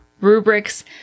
rubrics